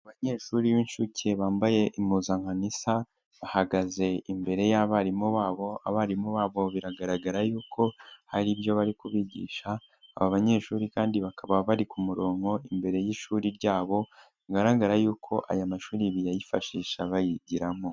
Abanyeshuri b'inshuke bambaye impuzankano isa, bahagaze imbere y'abarimu babo, abarimu babo biragaragara yuko hari ibyo bari kubigisha, aba banyeshuri kandi bakaba bari ku murongo imbere y'ishuri ryabo, bigaragara yuko aya mashuri biyifashisha bayigiramo.